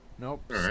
nope